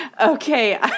okay